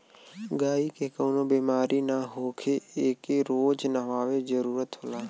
गायी के कवनो बेमारी ना होखे एके रोज नहवावे जरुरत होला